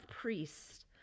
priests